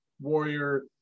warrior